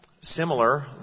Similar